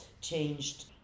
changed